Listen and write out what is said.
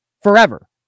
forever